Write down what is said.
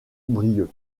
brieuc